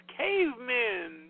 cavemen